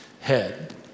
head